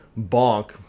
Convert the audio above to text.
bonk